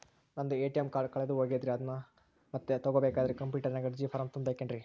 ನಂದು ATM card ಕಳೆದು ಹೋಗೈತ್ರಿ ಅದನ್ನು ಮತ್ತೆ ತಗೋಬೇಕಾದರೆ ಕಂಪ್ಯೂಟರ್ ನಾಗ ಅರ್ಜಿ ಫಾರಂ ತುಂಬಬೇಕನ್ರಿ?